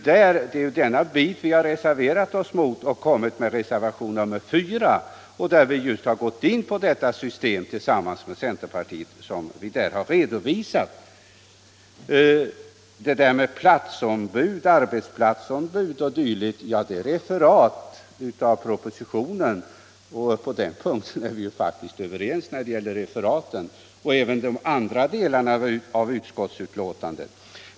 Det är ju denna bit som vi reserverat oss mot i reservation nr 4, där vi tillsammans med centerpartiet har redovisat vårt system. | Detta med arbetsplatsombud o. d. är referat ur propositionen, men på den punkten är vi faktiskt överens både när det gäller referaten och | när det gäller de andra delarna av utskottsbetänkandet.